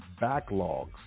backlogs